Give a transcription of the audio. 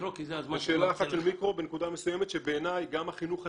שאלה אחת על מיקרו בנקודה מסוימת שבעיניי גם החינוך הדתי,